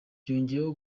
yongeyeho